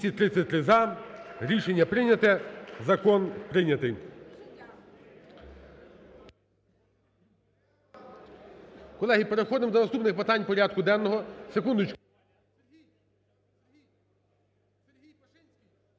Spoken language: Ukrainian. Рішення прийнято. Закон прийнятий.